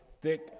thick